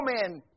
men